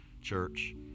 Church